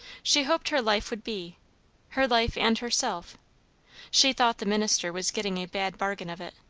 she hoped her life would be her life and herself she thought the minister was getting a bad bargain of it,